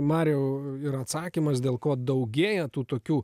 mariau ir atsakymas dėl ko daugėja tų tokių